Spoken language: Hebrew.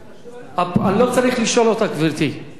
היית צריך לשאול אותי אם אני רוצה להשיב.